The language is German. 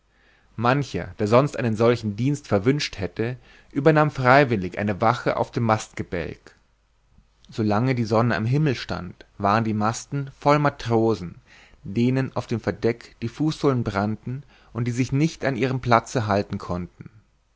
mancher der sonst einen solchen dienst verwünscht hätte übernahm freiwillig eine wache auf dem mastgebälk so lange die sonne am himmel stand waren die masten voll matrosen denen auf dem verdeck die fußsohlen brannten und die sich nicht an ihrem platze halten konnten